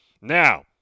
Now